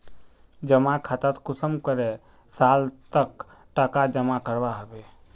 जमा खातात कुंसम करे साल तक टका जमा करवा होबे?